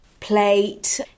plate